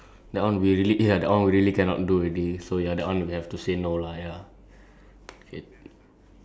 unless you cannot really fulfill lah like like for example your parents ask like ask to go to the mall or something